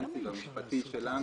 שהסמכויות האלה תהיינה.